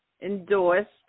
endorsed